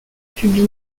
publie